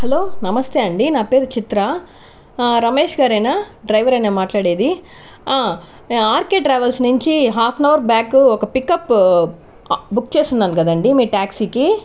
hello నమస్తే అండీ నా పేరు చిత్ర రమేష్గారేనా డ్రైవరేనా మాట్లాడేది ఆ ఆర్కె ట్రావెల్స్ నుంచి హాఫ్ అన్ అవర్ బ్యాకు ఒక పిక్అప్ బుక్ చేసున్నాను కదండి మీ ట్యాక్సీకి